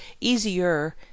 easier